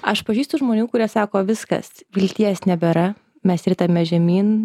aš pažįstu žmonių kurie sako viskas vilties nebėra mes ritamės žemyn